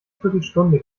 viertelstunde